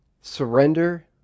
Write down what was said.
surrender